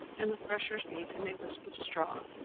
and the threshers gave him a whisp of straw,